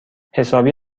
حسابی